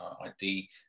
ID